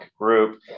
group